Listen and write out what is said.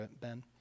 ben